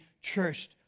church